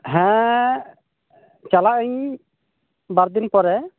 ᱦᱮᱸ ᱪᱟᱞᱟᱜᱼᱟᱹᱧ ᱵᱟᱨᱫᱤᱱ ᱯᱚᱨᱮ